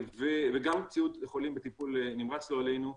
וגם ציוד לחולים בטיפול נמרץ לא עלינו,